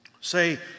say